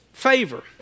Favor